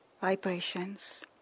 vibrations